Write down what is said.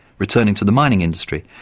returning to the mining industry,